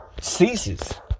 ceases